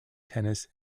tennis